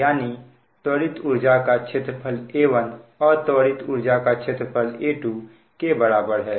यानी त्वरित ऊर्जा का क्षेत्रफल A1 अत्वरित ऊर्जा का क्षेत्रफल A2 के बराबर है